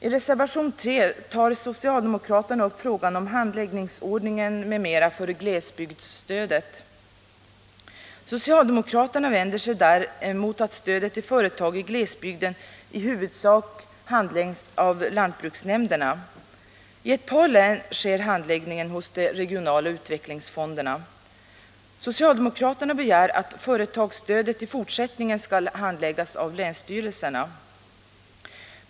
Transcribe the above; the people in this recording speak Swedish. I reservation 3 tar socialdemokraterna upp frågan om handläggningsordningen m.m. för glesbygdsstödet. Socialdemokraterna vänder sig där emot att stödet till företag i glesbygden i huvudsak handläggs av lantbruksnämnderna. I ett par län sker handläggningen hos de regionala utvecklingsfonderna. Socialdemokraterna begär att företagsstödet i fortsättningen skall handläggas av länsstyrelserna.